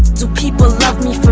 do people love me for